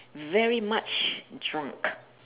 very much drunk